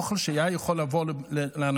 זה אוכל שהיה יכול לבוא לאנשים.